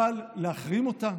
אבל להחרים אותה?